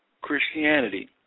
Christianity